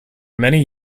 many